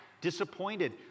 Disappointed